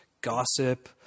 gossip